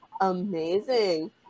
amazing